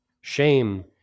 shame